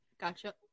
Gotcha